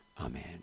amen